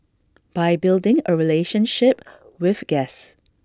by building A relationship with guests